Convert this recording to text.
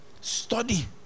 Study